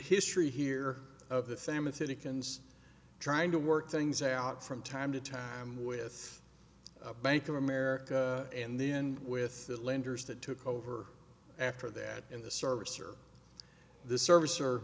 history here of the famine citic and trying to work things out from time to time with bank of america and then with the lenders that took over after that in the service or the service or